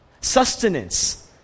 Sustenance